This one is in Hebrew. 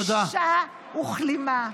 בושה וכלימה.